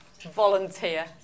volunteer